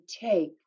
take